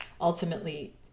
ultimately